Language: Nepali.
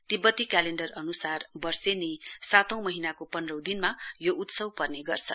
तिब्बती क्यालेण्डर अन्सार वर्षेनी सातौं महीनाको पन्धौं दिनमा यो उत्सव पर्ने गर्छ